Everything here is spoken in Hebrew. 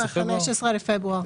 ב-15 בפברואר.